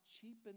cheapen